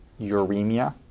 uremia